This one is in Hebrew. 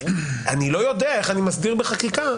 אני לא יודע איך אני מסדיר בחקיקה,